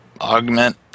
augment